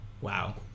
wow